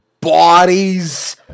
bodies